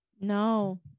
No